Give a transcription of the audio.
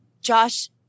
Josh –